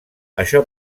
això